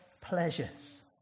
pleasures